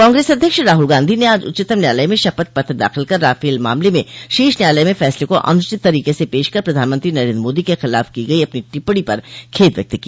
कांग्रेस अध्यक्ष राहुल गांधी ने आज उच्चतम न्यायालय में शपथ पत्र दाखिल कर राफेल मामले में शीर्ष न्यायालय के फैसले को अनुचित तरीके से पेश कर प्रधानमंत्री नरेंद्र मोदी के खिलाफ की गई अपनी टिप्पणी पर खेद व्यक्त किया